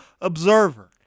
observer